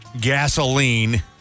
gasoline